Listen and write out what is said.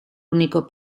único